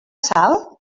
sal